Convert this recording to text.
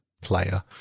player